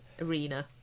arena